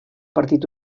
partit